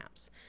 apps